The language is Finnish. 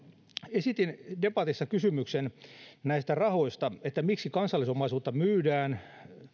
esitin debatissa kysymyksen näistä rahoista että miksi kansallisomaisuutta myydään